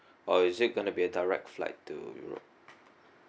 or is it gonna be a direct flight to europe